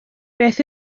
beth